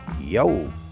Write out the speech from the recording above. yo